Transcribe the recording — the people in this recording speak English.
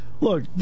Look